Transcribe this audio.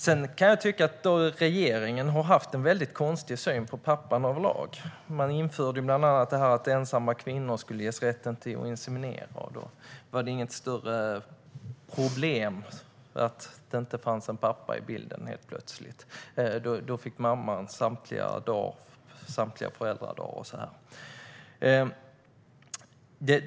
Sedan tycker jag att regeringen har haft en väldigt konstig syn på pappan överlag. Man införde bland annat rätten till inseminering för ensamma kvinnor, och då var det helt plötsligt inget större problem att det inte fanns en pappa med i bilden. Då får mamman samtliga föräldradagar.